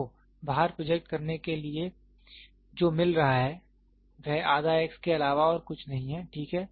तो बाहर प्रोजेक्ट करने के लिए जो मिल रहा है वह आधा x के अलावा और कुछ नहीं है ठीक है